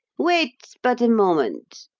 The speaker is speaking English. wait but a moment!